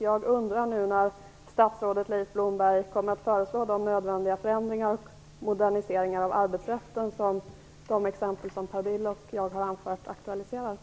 Jag undrar när statsrådet Leif Blomberg kommer att föreslå de nödvändiga förändringar och moderniseringar av arbetsrätten som de exempel som Per Bill och jag har anfört aktualiserar.